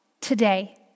today